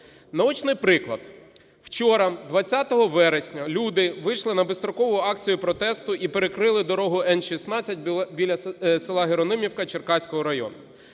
Наочний приклад. Вчора, 20 вересня, люди вийшли на безстрокову акцію протесту і перекрили дорогу Н-16 біля села Геронимівка Черкаського району.